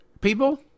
people